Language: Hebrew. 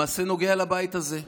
למעשה נוגע לבית הזה.